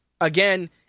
Again